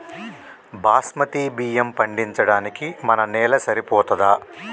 బాస్మతి బియ్యం పండించడానికి మన నేల సరిపోతదా?